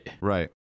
Right